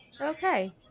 okay